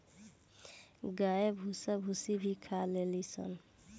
गाय भूसा भूसी भी खा लेली सन